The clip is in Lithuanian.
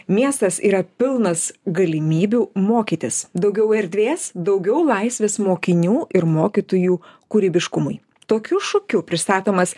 miestas yra pilnas galimybių mokytis daugiau erdvės daugiau laisvės mokinių ir mokytojų kūrybiškumui tokiu šūkiu pristatomas